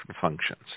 functions